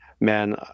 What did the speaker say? Man